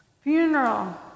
Funeral